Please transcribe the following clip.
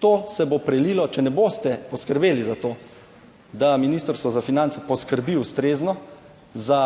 To se bo prelilo, če ne boste poskrbeli za to, da Ministrstvo za finance poskrbi ustrezno za